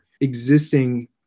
existing